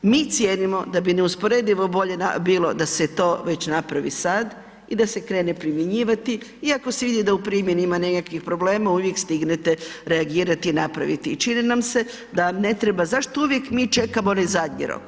Mi cijenimo da bi neusporedivo bolje bilo da se to već napravi sad i da se krene primjenjivati iako se vidi da u primjeni ima nekakvih problema, uvijek stignete reagirati i napraviti i čini nam se da ne treba, zašto uvijek mi čekamo onaj zadnji rok?